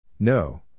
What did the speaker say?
No